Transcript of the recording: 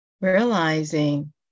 realizing